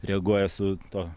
reaguoja su tuo